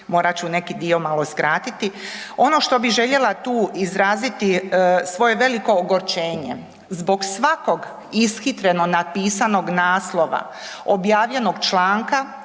morat ću neki dio malo i skratiti. Ono što bih željela tu izraziti svoje veliko ogorčenje zbog svakog ishitreno napisanog naslova, objavljenog članka